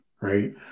right